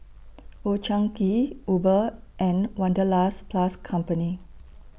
Old Chang Kee Uber and Wanderlust Plus Company